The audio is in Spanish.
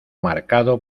marcado